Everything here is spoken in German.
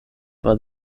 war